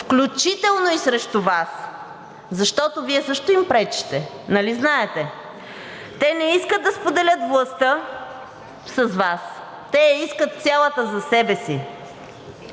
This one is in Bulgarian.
включително и срещу Вас, защото Вие също им пречите, нали знаете! Те не искат да споделят властта с Вас, те я искат цялата за себе си.